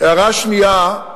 הערה שנייה: